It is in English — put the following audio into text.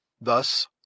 Thus